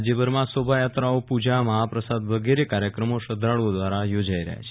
રાજ્યભરમાં શોભાયાત્રાઓ પૂજા મહાપ્રસાદ વગેરે કાર્યક્રમો શ્રદ્ધાળુઓ દ્વારા યોજાઇ રહ્યા છે